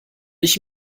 ich